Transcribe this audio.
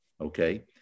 Okay